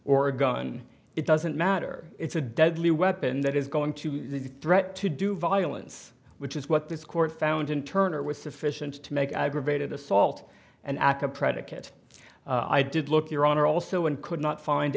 or a gun it doesn't matter it's a deadly weapon that is going to be a threat to do violence which is what this court found in turner was sufficient to make i graduated assault and aca predicate i did look your honor also and could not find